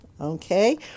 Okay